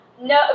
No